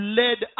led